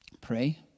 Pray